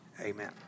Amen